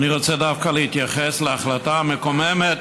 אני רוצה דווקא להתייחס להחלטה המקוממת